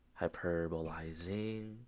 hyperbolizing